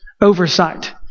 oversight